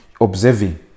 observing